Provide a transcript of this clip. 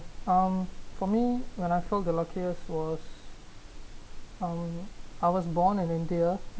um for me when I felt the luckiest was um I was born in india